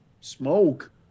smoke